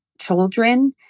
children